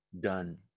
done